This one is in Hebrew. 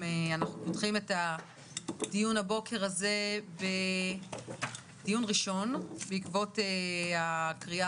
אנחנו פותחים את הבוקר בדיון ראשון בעקבות הקריאה